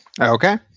Okay